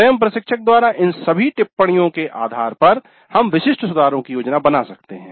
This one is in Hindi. स्वयं प्रशिक्षक द्वारा इन सभी टिप्पणियों के आधार पर हम विशिष्ट सुधारों की योजना बना सकते हैं